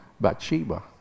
Bathsheba